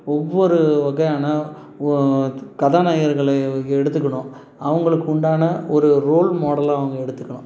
ஒவ்வொரு வகையான கதாநாயகர்களை எடுத்துக்கணும் அவங்களுக்குண்டான ஒரு ரோல் மாடலாக அவங்க எடுத்துக்கணும்